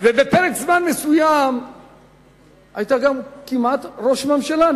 ובפרק זמן מסוים כמעט היתה ראש ממשלה,